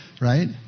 right